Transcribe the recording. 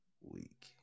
week